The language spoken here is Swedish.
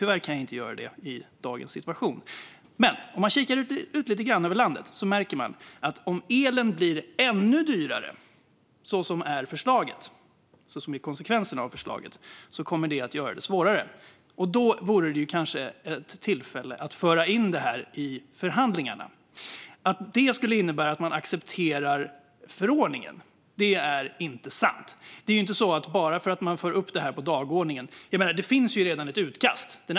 Tyvärr kan jag inte göra det i dagens situation. Om man kikar ut lite grann över landet märker man att om elen blir ännu dyrare, vilket blir konsekvensen av förslaget, kommer det att göra det svårare. Då vore det kanske tillfälle att föra in detta i förhandlingarna. Att detta skulle innebära att man accepterar förordningen är inte sant. Det finns ju redan ett utkast.